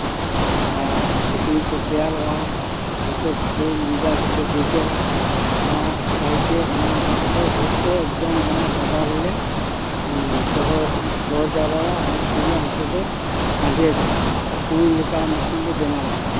ᱟᱨ ᱥᱤᱠᱬᱤᱡ ᱠᱚ ᱛᱮᱭᱟᱨᱚᱜᱼᱟ ᱡᱚᱛᱚ ᱠᱤᱪᱷᱩ ᱧᱤᱫᱟᱹ ᱫᱚᱠᱚ ᱜᱮᱼᱜᱮᱨᱟ ᱚᱱᱟ ᱠᱷᱟᱹᱛᱤᱨ ᱛᱮ ᱚᱱᱟ ᱫᱟᱜ ᱫᱚ ᱡᱚᱛᱚ ᱮᱠᱫᱚᱢ ᱚᱱᱟ ᱜᱟᱰᱟ ᱨᱮᱞᱮ ᱫᱚᱦᱚ ᱫᱚᱦᱚ ᱡᱟᱣᱨᱟᱭᱟ ᱟᱨ ᱟᱡ ᱛᱮᱜᱮ ᱚᱱᱛᱮ ᱫᱚ ᱟᱸᱡᱮᱫᱚᱜᱼᱟ ᱠᱩᱸᱧ ᱞᱮᱠᱟ ᱢᱤᱫᱴᱤᱡ ᱞᱮ ᱵᱮᱱᱟᱣ ᱠᱟᱜᱼᱟ